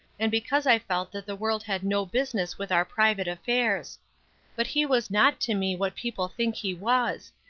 and because i felt that the world had no business with our private affairs but he was not to me what people think he was,